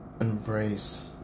embrace